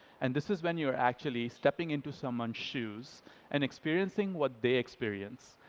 and this is when you're actually stepping into someone's shoes and experiencing what they experience,